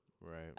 Right